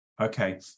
Okay